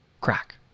crack